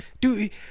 Dude